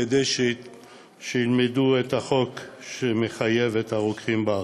כדי שילמדו את החוק שמחייב את הרוקחים בארץ.